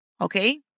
okay